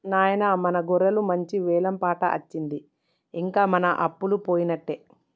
నాయిన మన గొర్రెలకు మంచి వెలం పాట అచ్చింది ఇంక మన అప్పలు పోయినట్టే